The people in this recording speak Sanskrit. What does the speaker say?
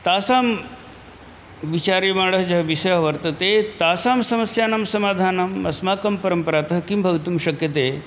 तासां विचारे माडझ विषयः वर्तते तासां समस्यानां समाधानम् अस्माकं परम्परातः किं भवितुं शक्यते